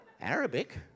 Arabic